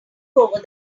over